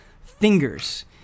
fingers